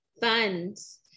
funds